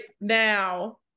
now